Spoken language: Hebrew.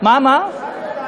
קח את,